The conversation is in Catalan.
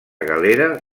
galera